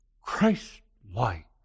Christ-like